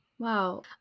Wow